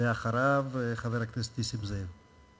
ואחריו, חבר הכנסת נסים זאב.